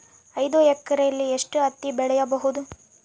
ಐದು ಎಕರೆಯಲ್ಲಿ ಎಷ್ಟು ಹತ್ತಿ ಬೆಳೆಯಬಹುದು?